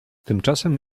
tymczasem